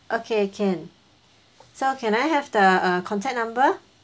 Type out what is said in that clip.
okay can so can I have the uh contact number